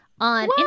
on